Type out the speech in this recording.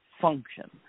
function